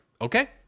okay